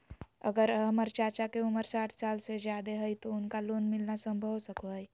अगर हमर चाचा के उम्र साठ साल से जादे हइ तो उनका लोन मिलना संभव हो सको हइ?